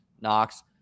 Knox